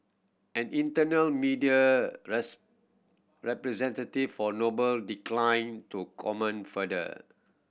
an external media representative for Noble declined to comment further